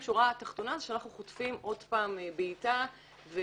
שורה התחתונה היא שאנחנו חוטפים עוד פעם בעיטה נגדנו.